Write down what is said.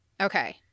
Okay